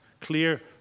clear